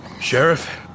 Sheriff